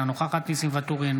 אינה נוכחת ניסים ואטורי,